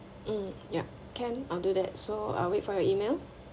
mm ya can I'll do that so I wait for your email